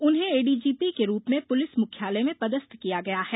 उन्हें एडीजीपी के रूप में पुलिस मुख्यालय में पदस्थ किया गया है